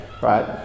right